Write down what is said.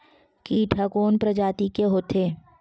कीट ह कोन प्रजाति के होथे?